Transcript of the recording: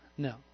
No